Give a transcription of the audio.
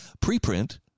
preprint